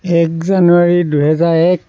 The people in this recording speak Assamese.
এক জানুৱাৰী দুহেজাৰ এক